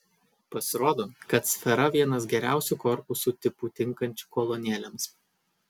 pasirodo kad sfera vienas geriausių korpusų tipų tinkančių kolonėlėms